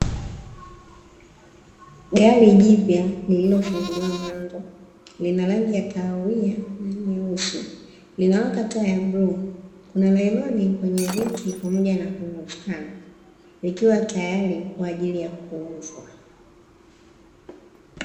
Gari jipya lililo funguliwa mlango lina rangi ya kahawia na nyeusi linawaka taa ya bluu kuna nailoni kwenye viti pamoja na kwenye usukani likiwa tayari kwaajili ya kuuzwa.